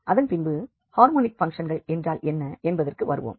அதன் பின்பு ஹார்மோனிக் ஃபங்க்ஷன்கள் என்றால் என்ன என்பதற்கு வருவோம்